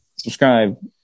Subscribe